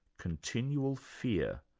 continual fear,